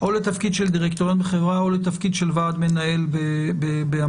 כאן או לתפקיד של דירקטוריון בחברה או לתפקיד של ועד מנהל בעמותה".